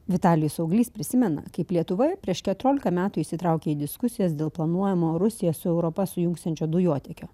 vitalijus auglys prisimena kaip lietuvoje prieš keturiolika metų įsitraukė į diskusijas dėl planuojamo rusijos europą sujungsiančio dujotiekio